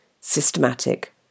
systematic